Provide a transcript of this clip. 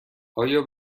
آیا